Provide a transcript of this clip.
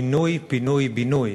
בינוי-פינוי-בינוי,